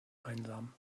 einsam